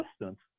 assistance